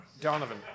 Donovan